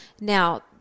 Now